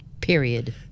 period